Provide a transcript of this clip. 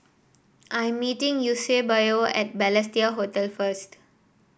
I am meeting Eusebio at Balestier Hotel first